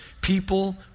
People